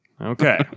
Okay